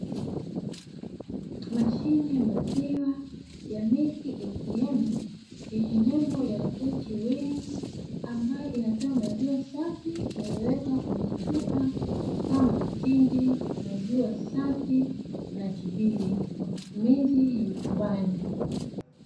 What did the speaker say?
Mashine ya maziwa ya “Milk ATM” yenye nembo ya tenchi wini, ambayo inatoa maziwa safi yaliyo wekwa kwenye chupa kama mtindi, maziwa safi na chibini kwa matumizi ya nyumbani.